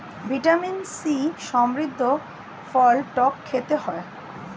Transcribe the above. vitamin C সমৃদ্ধ ফল টক খেতে হয়